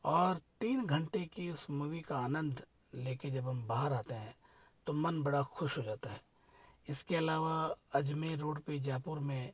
और तीन घंटे की उस मूवी का आनंद लेके जब हम बाहर आते है तो मन बड़ा खुश हो जाता है इसके अलावा अजमेर रोड पे जयपुर में